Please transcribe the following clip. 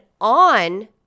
on